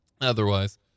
otherwise